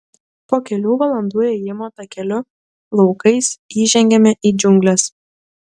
po kelių valandų ėjimo takeliu laukais įžengiame į džiungles